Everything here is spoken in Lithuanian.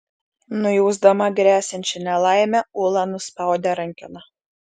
nujausdama gresiančią nelaimę ula nuspaudė rankeną